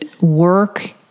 work